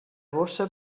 bossa